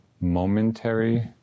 momentary